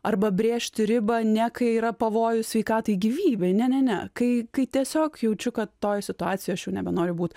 arba brėžti ribą ne kai yra pavojus sveikatai gyvybei ne ne ne kai kai tiesiog jaučiu kad toj situacijoj aš jau nebenoriu būt